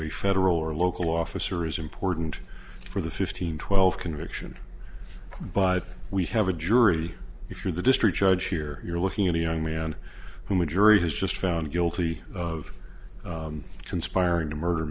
a federal or local officer is important for the fifteen twelve conviction but we have a jury if you're the district judge here you're looking at a young man whom a jury has just found guilty of conspiring to murder